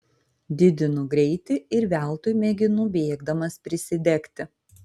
didinu greitį ir veltui mėginu bėgdamas prisidegti